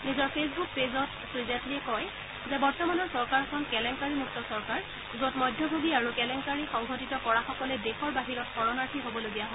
নিজৰ ফেচবুক পেজত শ্ৰী জেটলীয়ে কয় যে বৰ্তমানৰ চৰকাৰখন কেলেংকাৰী মুক্ত চৰকাৰ য'ত মধ্যভোগী আৰু কেলেংকাৰী সংঘটিত কৰাসকলে দেশৰ বাহিৰত শৰণাৰ্থী হবলগীয়া হয়